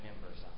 members